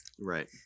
Right